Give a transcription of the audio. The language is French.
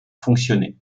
fonctionner